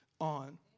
on